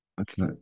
Okay